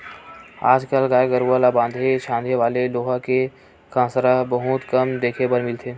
आज कल गाय गरूवा ल बांधे छांदे वाले लोहा के कांसरा बहुते कम देखे बर मिलथे